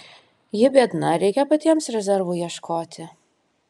ji biedna reikia patiems rezervų ieškoti